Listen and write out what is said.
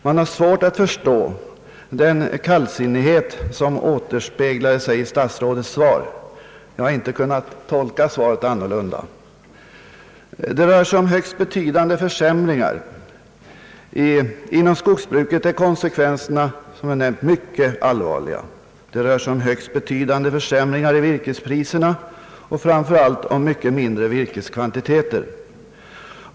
Man har svårt att förstå den kallsinnighet som återspeglade sig i statsrådets svar. Jag har inte kunnat tolka svaret annorlunda. Inom skogsbruket är konsekvenserna, som jag nämnt, mycket allvarliga. Det rör sig om högst betydande försämringar i virkespriserna och framför allt om mycket mindre virkeskvantiteter.